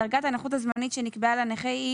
דרגת הנכות הזמנית שנקבעה לנכה היא